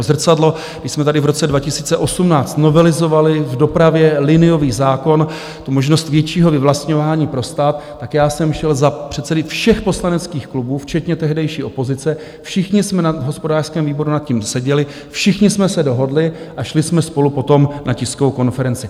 Když jsme tady v roce 2018 novelizovali v dopravě liniový zákon, tu možnost většího vyvlastňování pro stát, tak já jsem šel za předsedy všech poslaneckých klubů, včetně tehdejší opozice, všichni jsme na hospodářském výboru nad tím seděli, všichni jsme se dohodli a šli jsme spolu potom na tiskovou konferenci.